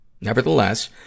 Nevertheless